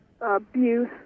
abuse